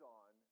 on